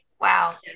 wow